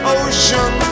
ocean